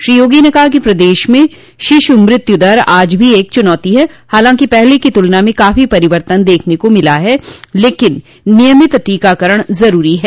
श्री योगी ने कहा कि प्रदेश में शिशु मृत्यु दर आज भी एक चुनौती है हालांकि पहले की तुलना में काफी परिवर्तन देखने को मिला है लेकिन नियमित टीकाकरण जरूरी है